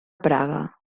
praga